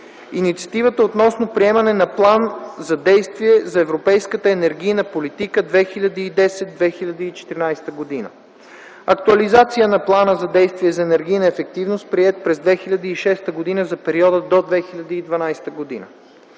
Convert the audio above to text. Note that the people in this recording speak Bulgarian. Инициатива относно приемането на План за действие за европейска енергийна политика (2010 – 2014 г.). 2. Актуализация на Плана за действие за енергийна ефективност, приет през 2006 г. за периода до 2012 г.